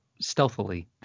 stealthily